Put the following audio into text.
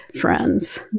friends